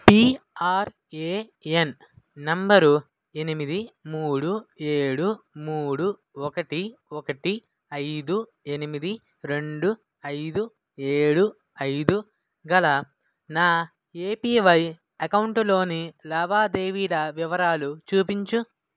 PRAN number ఎనిమిది మూడు ఏడు మూడు ఒకటి ఒకటి ఐదు ఎనిమిది రెండు ఐదు ఏడు ఐదు గల నా ఏపివై అకౌంటులోని లావాదేవీల వివరాలు చూపించు